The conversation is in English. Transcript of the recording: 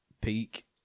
Peak